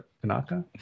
Tanaka